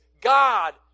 God